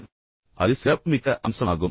தனிச்சிறப்பானது ஒரு சிறப்புமிக்க அம்சமாகும்